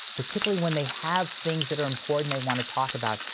particularly when they have things that are important they wanna talk about,